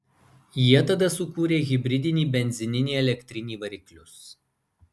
jie tada sukūrė hibridinį benzininį elektrinį variklius